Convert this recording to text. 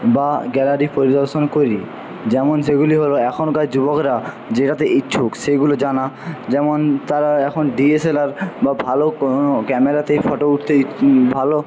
বা গ্যালারি পরিদর্শন করি যেমন সেগুলি হলো এখনকার যুবকরা যেটাতে ইচ্ছুক সেইগুলো জানা যেমন তারা এখন ডিএসএলআর বা ভালো ক্যামেরাতে ফটো উঠতে ভালো